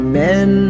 men